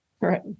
right